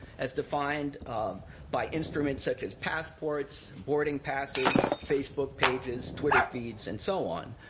as defined by instruments such as passports, boarding passes, facebook pages, twitter feeds, and so on,